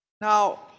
Now